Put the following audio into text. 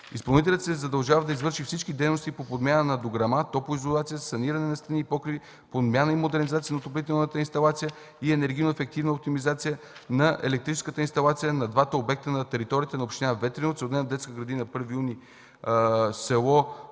Изпълнителят се задължава да извърши всички дейности по подмяна на дограма, топлоизолация, саниране на стени, покриви, подмяна и модернизация на отоплителната инсталация и енергийно-ефективна оптимизация на електрическата инсталация на двата обекта на територията на община Ветрино – Целодневна детска градина „Първи юни” – с.